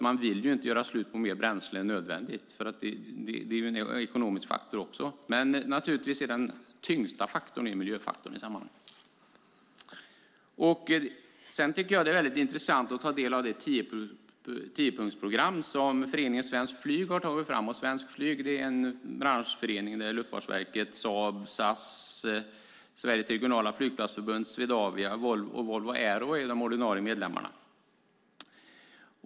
Man vill ju inte göra slut på mer bränsle än nödvändigt. Den tyngsta faktorn är ändå miljöfaktorn. Det är intressant att ta del av det tiopunktsprogram som föreningen Svenskt flyg har tagit fram. Svenskt flyg är en branschförening där Luftfartsverket, Saab, SAS, Sveriges regionala flygplatsförbund, Swedavia och Volvo Aero är de ordinarie medlemmarna.